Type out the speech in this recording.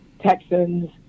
Texans